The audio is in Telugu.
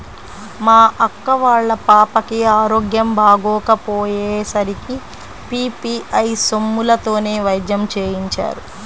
మా అక్క వాళ్ళ పాపకి ఆరోగ్యం బాగోకపొయ్యే సరికి పీ.పీ.ఐ సొమ్ములతోనే వైద్యం చేయించారు